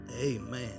Amen